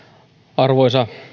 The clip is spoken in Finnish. arvoisa